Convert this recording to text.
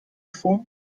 vor